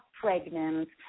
pregnant